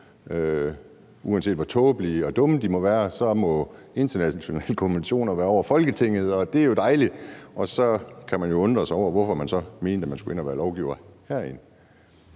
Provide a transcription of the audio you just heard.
Uanset hvor tåbelige og dumme de måtte være, må internationale konventioner stå over Folketinget, og det er jo dejligt. Så kan man undre sig over, hvorfor man mente, at man skulle ind at være lovgiver herinde.